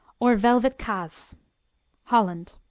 or velvet kaas holland